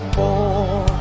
more